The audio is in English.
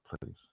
please